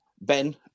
Ben